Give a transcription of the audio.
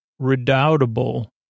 Redoubtable